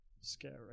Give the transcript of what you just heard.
scary